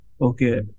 Okay